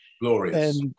Glorious